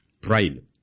Pride